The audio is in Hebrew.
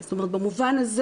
במובן הזה,